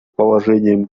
положением